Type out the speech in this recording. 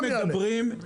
אם תוריד גם יעלה.